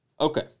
Okay